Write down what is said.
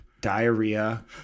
diarrhea